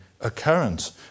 occurrence